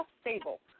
stable